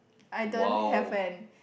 I don't have an